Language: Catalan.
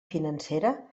financera